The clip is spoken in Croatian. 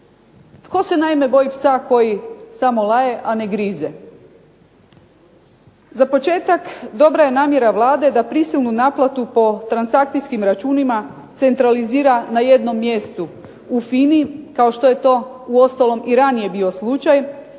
Tko se naime boji psa koji samo laje, a ne grize? Za početak dobra je namjera Vlade da prisilnu naplatu po transakcijskim računima centralizira na jednom mjestu u FINA-i kao što je to u ostalom bio i ranije slučaj,